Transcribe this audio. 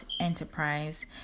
Enterprise